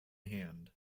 hand